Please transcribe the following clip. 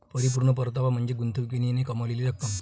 परिपूर्ण परतावा म्हणजे गुंतवणुकीने कमावलेली रक्कम